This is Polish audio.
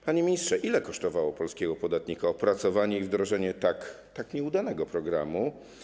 Panie ministrze, ile kosztowało polskiego podatnika opracowanie i wdrożenie tak nieudanego programu?